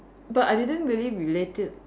but I didn't really relate it